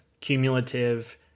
cumulative